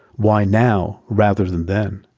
why now rather than then.